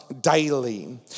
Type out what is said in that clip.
daily